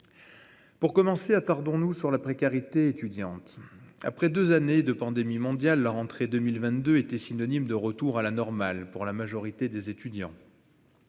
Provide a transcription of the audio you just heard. Pour commencer, j'évoquerai la précarité étudiante. Après deux années de pandémie mondiale, la rentrée 2022 a été synonyme de retour à la normale pour la majorité des étudiants.